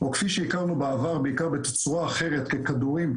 או כפי שהכרנו בעבר בעיקר בצורה אחרת ככדורים,